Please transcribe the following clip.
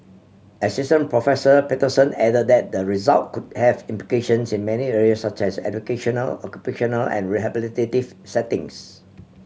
Assistant Professor Patterson added that the result could have implications in many areas such as educational occupational and rehabilitative settings